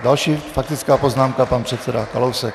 Další faktická poznámka, pan předseda Kalousek.